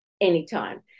anytime